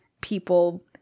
people